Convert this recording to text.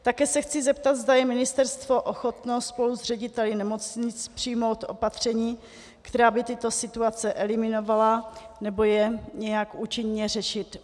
Také se chci zeptat, zda je ministerstvo ochotno spolu s řediteli nemocnic přijmout opatření, která by tyto situace eliminovala nebo je nějak účinně řešila.